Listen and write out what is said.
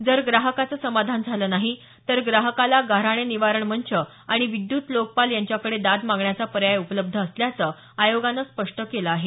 जर ग्राहकाचे समाधान झाले नाही तर ग्राहकाला गाऱ्हाणे निवारण मंच आणि विद्यत लोकपाल यांच्याकडे दाद मागण्याचा पर्याय उपलब्ध असल्याचं आयोगानं स्पष्ट केलं आहे